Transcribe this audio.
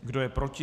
Kdo je proti?